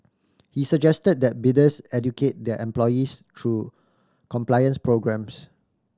he suggested that bidders educate their employees through compliance programmes